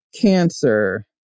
cancer